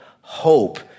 hope